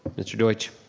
mr. deutsch.